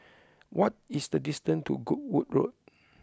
what is the distance to Goodwood Road